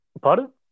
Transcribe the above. Pardon